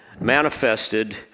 manifested